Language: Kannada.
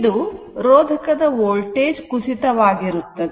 ಇದು ರೋಧಕದ ವೋಲ್ಟೇಜ್ ಕುಸಿತವಾಗಿರುತ್ತದೆ